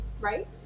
right